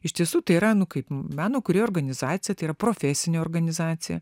iš tiesų tai yra nu kaip meno kūrėjų organizacija tai yra profesinė organizacija